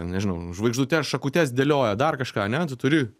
nežinau žvaigždutes šakutes dėlioja dar kažką ane tu turi